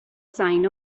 sign